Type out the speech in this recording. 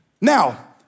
Now